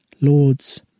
lords